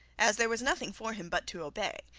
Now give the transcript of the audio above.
as there was nothing for him but to obey,